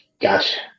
Gotcha